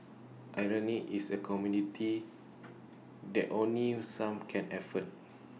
irony is A commodity that only some can afford